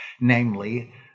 namely